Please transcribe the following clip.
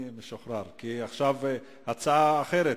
הצעה אחרת,